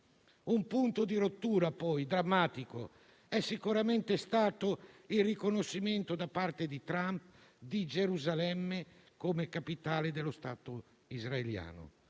Un punto di rottura drammatico è stato sicuramente il riconoscimento da parte di Trump di Gerusalemme come capitale dello Stato israeliano.